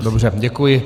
Dobře, děkuji.